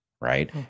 right